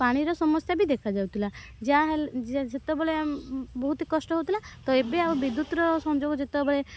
ପାଣିର ସମସ୍ୟା ବି ଦେଖାଯାଉଥିଲା ଯାହା ସେତେବେଳେ ବହୁତ କଷ୍ଟ ହେଉଥିଲା ତ ଏବେ ଆଉ ସଂଯୋଗ ବିଦ୍ୟୁତ୍ର ଯେତେବେଳେ